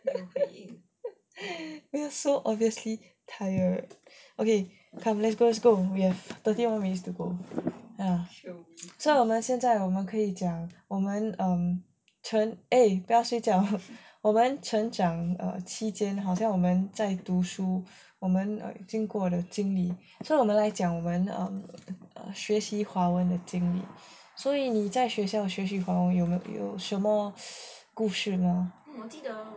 故事没有 so obviously tired okay come let's go let's go we have thirty more minutes to go ya so 我们现在我们可以讲我们 um eh 不要睡觉我们成长期间好像我们在读书我们经过了经理所以我们来讲我们学习华文的经验所以你在学校学习华文有没有什么故事吗